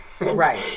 Right